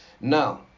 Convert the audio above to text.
Now